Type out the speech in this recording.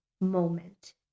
moment